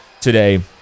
today